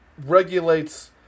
regulates